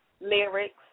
lyrics